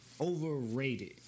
Overrated